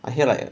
I hear like